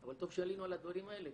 אבל טוב שעלינו על הדברים האלה,